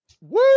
Woo